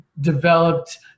developed